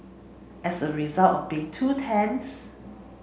as a result of being two tents